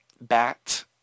bat